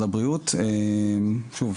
שוב,